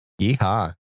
Yeehaw